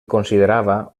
considerava